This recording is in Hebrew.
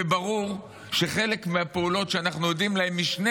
וברור שחלק מהפעולות שאנחנו עדים להן משני